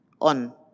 on